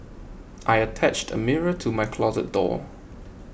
I attached a mirror to my closet door